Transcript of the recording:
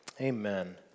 amen